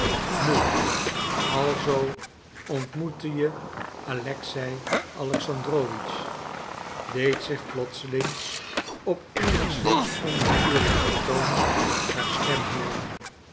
nu alzoo ontmoette je alexei alexandrowitsch deed zich plotseling op eenigszins onnatuurlijken toon haar stem hooren